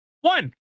one